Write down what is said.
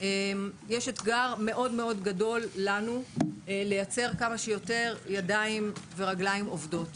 אתגר מאוד מאוד גדול לייצר כמה שיותר ידיים ורגליים עובדות.